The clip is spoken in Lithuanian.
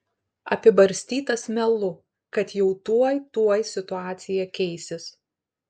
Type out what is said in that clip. apibarstytas melu kad jau tuoj tuoj situacija keisis